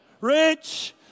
rich